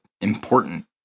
important